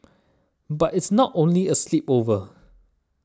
but it's not only a sleepover